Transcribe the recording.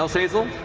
hazel